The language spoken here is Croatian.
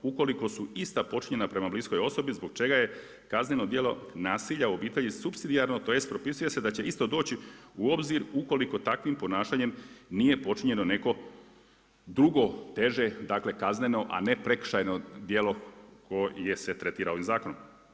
Ukoliko su ista počinjena prema bliskoj osobi zbog čega je kazano djelo nasilja u obitelji supsidijarno, tj. propisuje se da će isto doći u obzir ukoliko takvim ponašanjem nije počinjeno neko drugo, teže, kazneno, a ne prekršajno djelo, koje se tretira ovim zakonom.